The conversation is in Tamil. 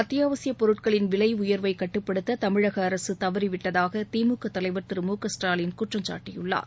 அத்தியாவசிய பொருட்களின் விலை உயர்வை கட்டுப்படுத்த தமிழக அரசு தவறிவிட்டதாக திமுக தலைவர் திரு மு க ஸ்டாலின் குற்றம் சாட்டியுள்ளார்